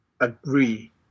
agree